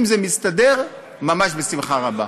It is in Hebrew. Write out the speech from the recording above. אם זה מסתדר, ממש בשמחה רבה.